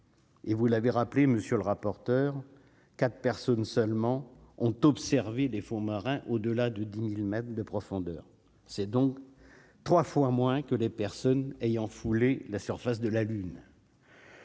Et vous l'avez rappelé monsieur le rapporteur, 4 personnes seulement ont observé les fonds marins au delà de 10000 mètres de profondeur, c'est donc 3 fois moins que les personnes ayant foulé la surface de la Lune.